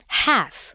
half